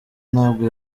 ntabwo